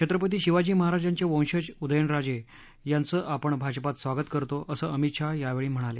छत्रपती शिवाजी महाराजांचे वंशज उदयनराजे यांचं आपण भाजपात स्वागत करतो असं अमित शाह यावेळी म्हणाले